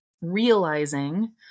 realizing